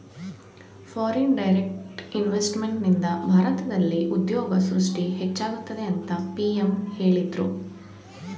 foreign direct ಇನ್ವೆಸ್ತ್ಮೆಂಟ್ನಿಂದ ಭಾರತದಲ್ಲಿ ಉದ್ಯೋಗ ಸೃಷ್ಟಿ ಹೆಚ್ಚಾಗುತ್ತದೆ ಅಂತ ಪಿ.ಎಂ ಹೇಳಿದ್ರು